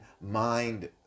mind